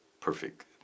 perfect